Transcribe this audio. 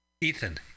Ethan